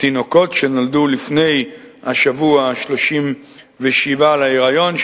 תינוקות נולדו לפני השבוע ה-37 להיריון,